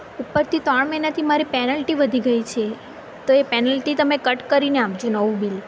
ઉપરથી ત્રણ મહિનાથી મારી પેનલ્ટી વધી ગઈ છે તો એ પેનલ્ટી તમે કટ કરીને આપજો નવું બિલ